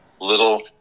little